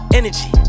energy